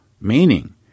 meaning